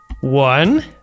One